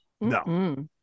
no